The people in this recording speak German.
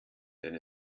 denn